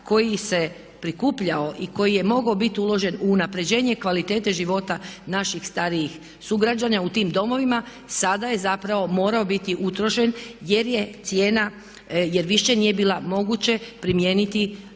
koji se prikupljao i koji je mogao bit uložen u unapređenje kvalitete života naših starijih sugrađana u tim domovima sada je zapravo morao biti utrošen jer je cijena, jer više nije bila moguće primijeniti